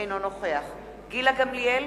אינו נוכח גילה גמליאל,